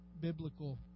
biblical